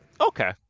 Okay